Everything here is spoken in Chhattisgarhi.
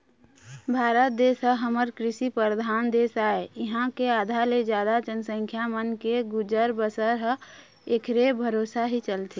भारत देश ह हमर कृषि परधान देश आय इहाँ के आधा ले जादा जनसंख्या मन के गुजर बसर ह ऐखरे भरोसा ही चलथे